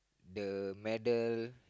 the medal